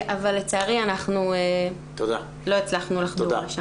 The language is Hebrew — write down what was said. לצערי אנחנו לא הצלחנו לחבור לשם.